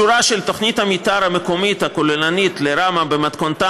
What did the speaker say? אישורה של תוכנית המתאר המקומית הכוללנית לראמה במתכונתה